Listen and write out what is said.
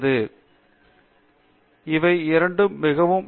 பேராசிரியர் அரிந்தமா சிங் எனவே இவை இரண்டுமே மிகவும் நல்லது